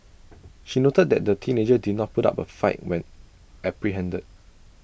she noted that the teenager did not put up A fight when apprehended